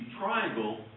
triangle